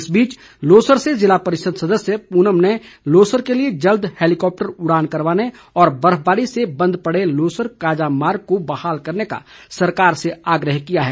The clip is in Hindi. इस बीच लोसर से ज़िला परिषद सदस्य पूनम ने लोसर के लिए जल्द हैलीकॉप्टर उड़ान करवाने और बर्फबारी से बंद पड़े लोसर काजा मार्ग को बहाल करने का सरकार से आग्रह किया है